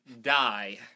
die